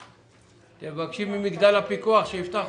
תבקשי ממגדל הפיקוח שיפתח.